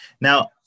now